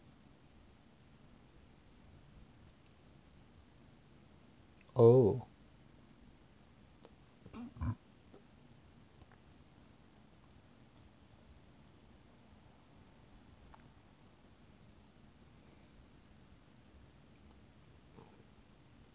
oh